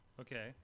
Okay